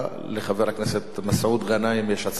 לחבר הכנסת מסעוד גנאים יש הצעה אחרת.